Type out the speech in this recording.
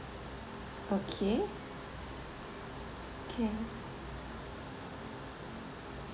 okay can